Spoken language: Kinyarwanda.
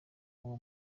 uwo